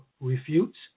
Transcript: refutes